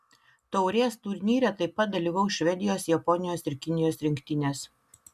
taurės turnyre taip pat dalyvaus švedijos japonijos ir kinijos rinktinės